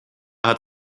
hat